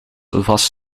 was